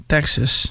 Texas